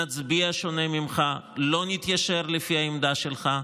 נצביע שונה ממך, לא נתיישר לפי העמדה שלך,